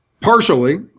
partially